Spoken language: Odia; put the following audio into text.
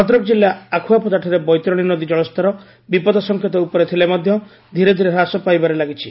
ଭଦ୍ରକ ଜିଲ୍ଲା ଆଖୁଆପଦାଠାରେ ବୈଦରଣୀ ନଦୀ ଜଳସ୍ତର ବିପଦ ସଙ୍କେତ ଉପରେ ଥିଲେ ମଧ୍ଧ ଧୀରେ ଧୀରେ ହ୍ରାସ ପାଇବାରେ ଲାଗିଛି